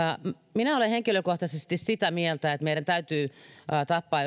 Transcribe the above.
minä olen henkilökohtaisesti sitä mieltä että meidän täytyy tappaa